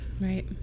Right